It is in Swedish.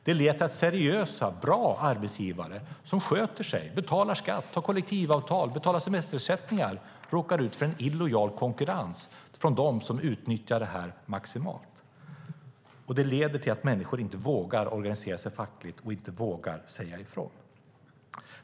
Det leder till att seriösa, bra arbetsgivare som sköter sig, betalar skatt, har kollektivavtal och betalar semesterersättning råkar ut för en illojal konkurrens från dem som utnyttjar detta maximalt. Det leder till att människor inte vågar organisera sig fackligt och inte vågar säga ifrån.